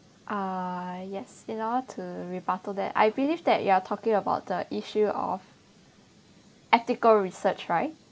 uh yes in order to rebuttal that I believe that you are talking about the issue of ethical research right